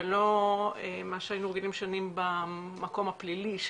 ולא מה שהיינו רגילים שנים שזה במקום הפלילי,